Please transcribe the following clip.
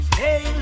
hey